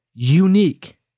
unique